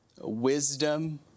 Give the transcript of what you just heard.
wisdom